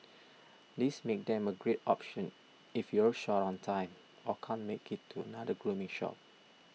this makes them a great option if you're short on time or can't make it to another grooming shop